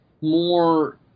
more